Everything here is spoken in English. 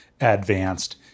advanced